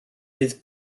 fydd